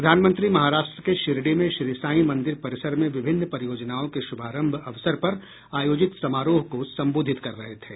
प्रधानमंत्री महाराष्ट्र के शिरडी में श्री साई मंदिर परिसर में विभिन्न परियोजनाओं के शुभारंभ अवसर पर आयोजित समारोह को संबोधित कर रहे थे